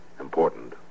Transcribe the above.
important